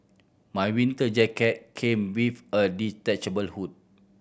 my winter jacket came with a detachable hood